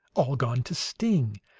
all gone to sting!